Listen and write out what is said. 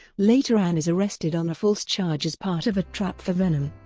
later ann is arrested on a false charge as part of a trap for venom.